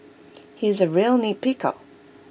he is A real nitpicker